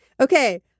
Okay